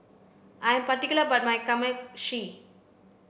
I am particular about my Kamameshi